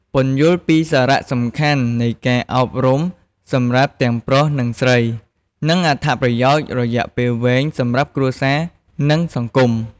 ពន្យល់ពីសារៈសំខាន់នៃការអប់រំសម្រាប់ទាំងប្រុស និងស្រី និងអត្ថប្រយោជន៍រយៈពេលវែងសម្រាប់គ្រួសារ និងសង្គម។